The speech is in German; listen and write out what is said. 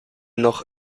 noch